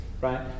right